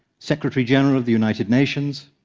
secretary-general of the united nations,